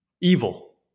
evil